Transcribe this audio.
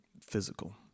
physical